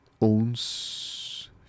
owns